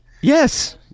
Yes